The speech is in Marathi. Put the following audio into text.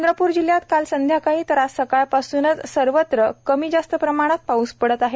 चंद्रपूर जिल्ह्यात काल सायंकाळी तर आज सकाळपासूनच सर्वत्र कमी जास्त प्रमाणात पाऊस पडत आहेत